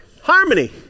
Harmony